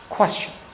Question